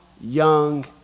young